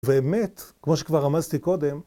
באמת, כמו שכבר רמזתי קודם